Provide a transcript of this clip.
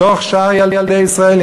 בתוך שאר ילדי ישראל,